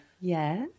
Yes